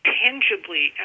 tangibly